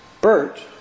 Bert